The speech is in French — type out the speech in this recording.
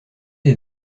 des